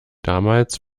damals